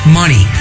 money